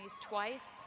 twice